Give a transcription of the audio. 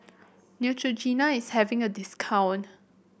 Neutrogena is having a discount